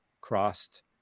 crossed